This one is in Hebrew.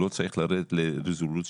לא צריך לרדת לרזולוציות.